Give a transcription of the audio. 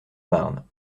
marne